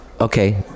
Okay